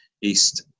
East